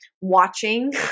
watching